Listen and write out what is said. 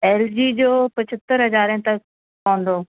L G जो पंजहतरि हज़ारे तक पवंदो